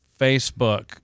facebook